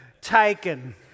Taken